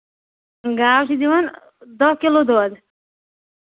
گاو چھِ دِوان دَہ کِلوٗ دۄد